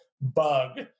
bug